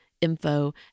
info